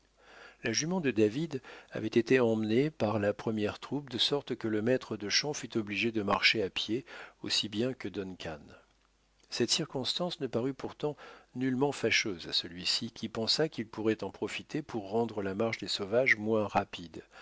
la jument de david avait été emmenée par la première troupe de sorte que le maître de chant fut obligé de marcher à pied aussi bien que duncan cette circonstance ne parut pourtant nullement fâcheuse à celui-ci qui pensa qu'il pourrait en profiter pour rendre la marche des sauvages moins rapide